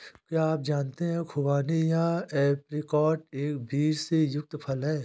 क्या आप जानते है खुबानी या ऐप्रिकॉट एक बीज से युक्त फल है?